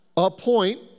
Appoint